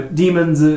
demons